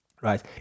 right